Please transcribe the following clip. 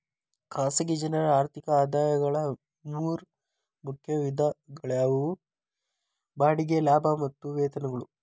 ಖಾಸಗಿ ಜನರ ಆರ್ಥಿಕ ಆದಾಯಗಳ ಮೂರ ಮುಖ್ಯ ವಿಧಗಳಾಗ್ಯಾವ ಬಾಡಿಗೆ ಲಾಭ ಮತ್ತ ವೇತನಗಳು